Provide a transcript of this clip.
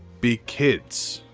be kids.